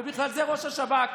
ובכלל זה ראש השב"כ.